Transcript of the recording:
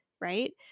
right